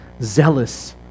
zealous